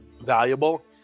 valuable